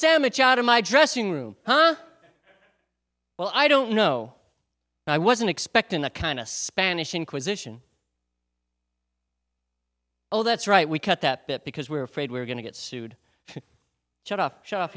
sandwich out of my dressing room well i don't know i wasn't expecting the kind of spanish inquisition oh that's right we cut that bit because we're afraid we're going to get sued shut up sh